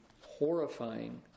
horrifying